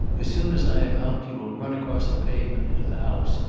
as soon as i am out you will run across the pavement into the house.